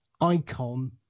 icon –